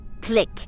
click